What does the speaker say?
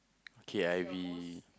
kay I V